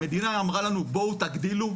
המדינה אמרה לנו: בואו תגדילו,